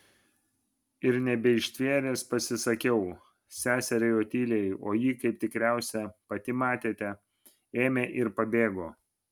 ir nebeištvėręs pasisakiau seseriai otilijai o ji kaip tikriausiai pati matėte ėmė ir pabėgo